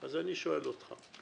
אז אני שואל אותך: